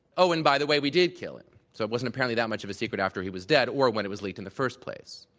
oh, and, by the way, we did kill him, so it wasn't apparently that much of a secret after he was dead or when it was leaked in the first place.